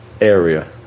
area